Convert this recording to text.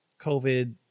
COVID